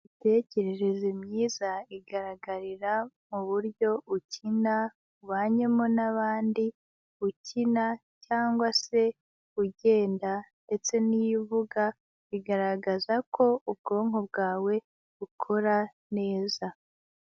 Imitekerereze myiza igaragarira mu buryo ukina, ubanyemo n'abandi ukina cyangwa se ugenda ndetse n'iyo uvuga bigaragaza ko ubwonko bwawe bukora neza.